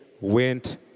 went